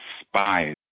spies